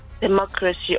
democracy